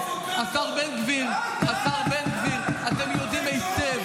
שאנחנו מטומטמים?